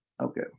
Okay